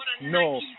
no